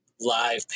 live